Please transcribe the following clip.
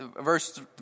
verse